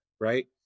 right